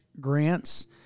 grants